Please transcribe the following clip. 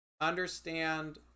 understand